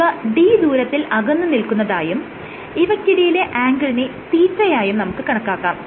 ഇവ d ദൂരത്തിൽ അകന്ന് നിൽക്കുന്നതായും ഇവയ്ക്കിടയിലുള്ള ആംഗിളിനെ തീറ്റയായും Thetaθ നമുക്ക് കണക്കാക്കാം